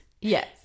Yes